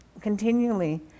continually